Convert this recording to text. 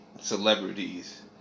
Celebrities